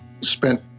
spent